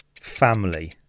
Family